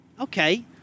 okay